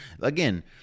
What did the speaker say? again